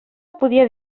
podia